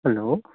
hello